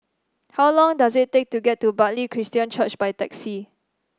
how long does it take to get to Bartley Christian Church by taxi